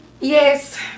yes